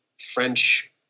French